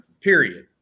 Period